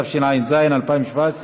התשע"ז 2017,